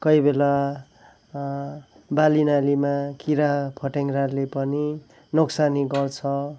कोही बेला बालीनालीमा किरा फटेङ्ग्राले पनि नोक्सानी गर्छ